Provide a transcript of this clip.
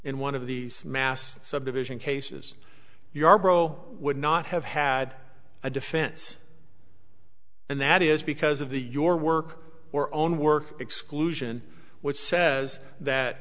in one of these mass subdivision cases yarbrough would not have had a defense and that is because of the your work or own work exclusion which says that